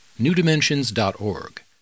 newdimensions.org